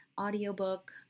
audiobook